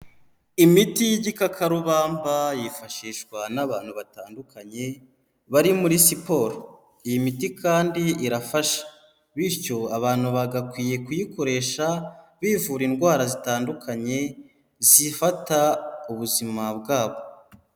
Imiti y'igikakarubamba yifashishwa n'abantu batandukanye bari muri siporo, iyi miti kandi irafasha bityo abantu bagakwiye kuyikoresha bivura indwara zitandukanye, zifata ubuzima bwabo.